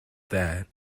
that